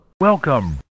welcome